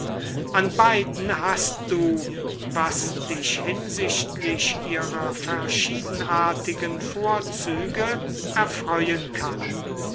an beiden hast du was dich hinsichtlich ihrer verschiedenartigen vorzüge erfreuen kann